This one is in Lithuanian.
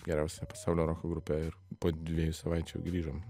geriausia pasaulio roko grupe ir po dviejų savaičių grįžom